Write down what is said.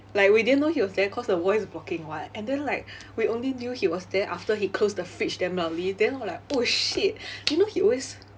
like we didn't know he was there cause the wall is blocking [what] and then like we only knew he was there after he closed the fridge damn loudly then we're like oh shit you know he always